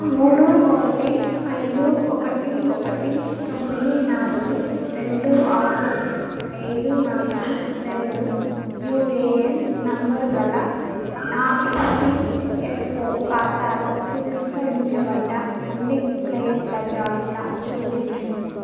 మూడు ఒకటి ఐదు ఒకటి ఒకటి తొమ్మిది నాలుగు రెండు ఆరు ఐదు నాలుగు రెండు యూఏయన్ నంబరు గల నా ఈపియఫ్ఓ ఖాతాలో తిరస్కరించబడ్డ అన్ని క్లెయిముల జాబితా చూపించుము